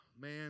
man